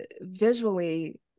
visually